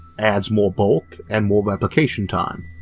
adding more bulk and more replication time.